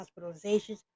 hospitalizations